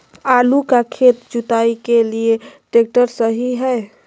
आलू का खेत जुताई के लिए ट्रैक्टर सही है?